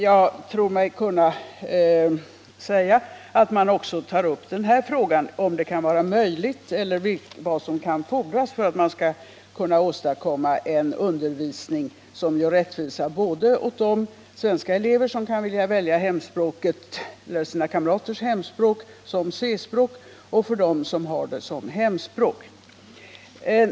Jag tror mig kunna säga att man också tar upp frågan om vad som kan fordras för att kunna åstadkomma en undervisning, som ger rättvisa både åt de svenska elever som kan vilja välja sina kamraters hemspråk som C-språk och för dem som har ett motsvarande språk som hemspråk.